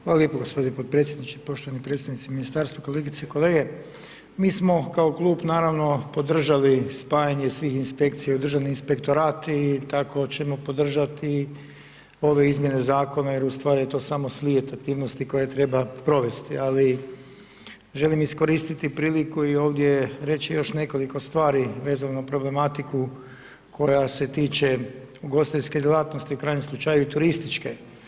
Hvala lijepo g. potpredsjedniče, poštovani predstavnici ministarstva, kolegice i kolege, mi smo kao klub naravno podržali spajanje svih inspekcija u Državni inspektorat i tako ćemo podržati i ove izmjene zakona jer u stvari to je samo slijed aktivnosti koje treba provesti, ali želim iskoristiti priliku i ovdje reći još nekoliko stvari vezano za problematiku koja se tiče ugostiteljske djelatnosti, u krajnjem slučaju turističke.